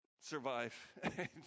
survive